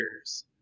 years